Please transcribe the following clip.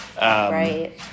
right